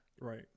Right